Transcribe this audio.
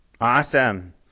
Awesome